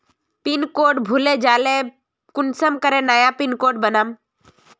Pin code भूले जाले कुंसम करे नया पिन कोड बनाम?